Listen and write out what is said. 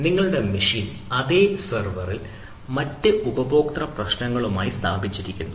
നിങ്ങളുടെ മെഷീൻ അതേ സെർവറിൽ മറ്റ് ഉപഭോക്തൃ പ്രശ്നങ്ങളുമായി സ്ഥാപിച്ചിരിക്കുന്നു